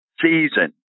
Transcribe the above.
season